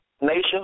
nations